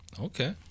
Okay